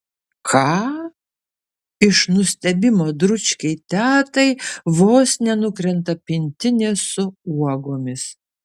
ką iš nustebimo dručkei tetai vos nenukrenta pintinė su uogomis